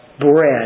bread